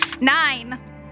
Nine